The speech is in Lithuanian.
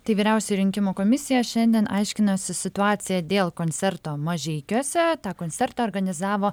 tai vyriausioji rinkimų komisija šiandien aiškinosi situaciją dėl koncerto mažeikiuose tą koncertą organizavo